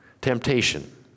Temptation